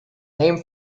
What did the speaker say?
named